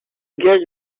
get